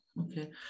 okay